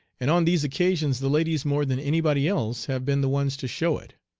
and on these occasions the ladies more than anybody else have been the ones to show it.